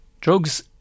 Drugs